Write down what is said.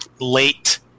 late